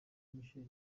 michael